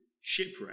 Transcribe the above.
shipwreck